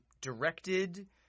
directed